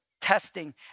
testing